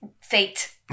fate